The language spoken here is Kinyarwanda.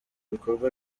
bikorwa